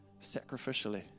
sacrificially